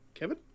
Kevin